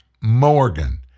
Morgan